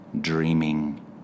dreaming